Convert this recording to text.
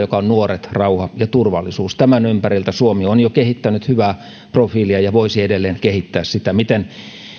joka on nuoret rauha ja turvallisuus tämän ympäriltä suomi on jo kehittänyt hyvää profiilia ja voisi edelleen kehittää sitä miten